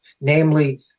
namely